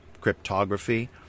cryptography